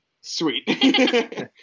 Sweet